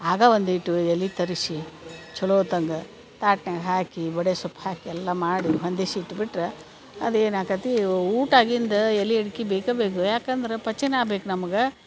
ಆಗ ಒಂದೀಟು ಎಲೆ ತರಿಸಿ ಚಲೋತ್ತಂಗ ತಾಟ್ನ್ಯಾಗ ಹಾಕಿ ಬಡೆಸೊಪ್ಪು ಹಾಕಿ ಎಲ್ಲ ಮಾಡಿ ಹೊಂದಿಸ್ ಇಟ್ಬಿಟ್ರ ಅದೇನು ಆಕತ್ತಿ ಊಟ ಆಗಿಂದ ಎಲೆ ಅಡಿಕಿ ಬೇಕಾ ಬೇಕು ಯಾಕಂದ್ರೆ ಪಚನ್ ಆಗ್ಬೇಕು ನಮ್ಗೆ